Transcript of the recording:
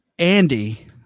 Andy